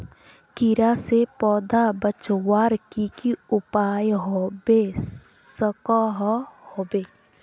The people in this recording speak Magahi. कीड़ा से पौधा बचवार की की उपाय होबे सकोहो होबे?